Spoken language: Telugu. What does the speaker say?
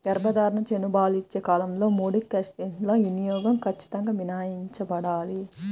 గర్భధారణ, చనుబాలిచ్చే కాలంలో ముడి క్రస్టేసియన్ల వినియోగం ఖచ్చితంగా మినహాయించబడాలి